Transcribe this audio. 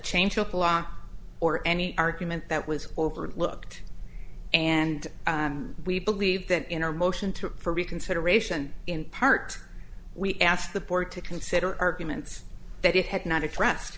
change of law or any argument that was overlooked and we believe that in our motion to for reconsideration in part we asked the board to consider arguments that it had not expressed